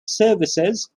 services